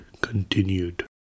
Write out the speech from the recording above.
continued